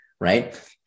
right